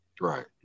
Right